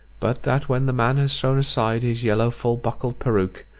but that when the man has thrown aside his yellow full-buckled peruke,